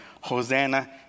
Hosanna